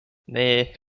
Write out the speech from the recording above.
nej